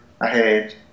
ahead